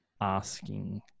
asking